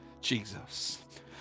Jesus